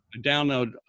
download